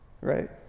Right